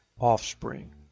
Offspring